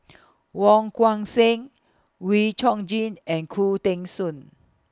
Wong Seng Wee Chong Jin and Khoo Teng Soon